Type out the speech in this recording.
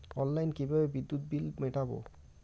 অনলাইনে কিভাবে বিদ্যুৎ বিল মেটাবো?